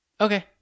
Okay